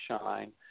shine